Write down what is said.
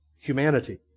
humanity